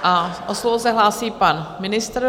O slovo se hlásí pan ministr.